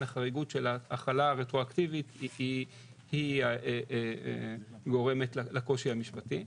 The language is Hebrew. החריגות של ההכלה הרטרואקטיבית היא גורמת לקושי המשפטי.